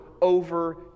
over